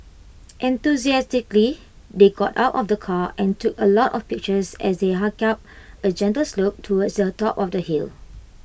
enthusiastically they got out of the car and took A lot of pictures as they hiked up A gentle slope towards the top of the hill